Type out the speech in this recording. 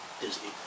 Disney